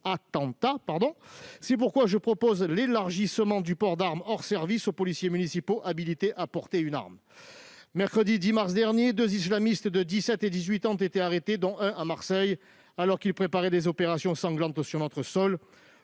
C'est pourquoi je propose l'élargissement du port d'arme hors service aux policiers municipaux habilités à porter une arme. Mercredi 10 mars dernier ont été arrêtés deux islamistes de 17 et 18 ans, dont un à Marseille, alors qu'ils préparaient des opérations sanglantes sur notre sol.